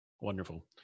Wonderful